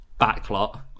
backlot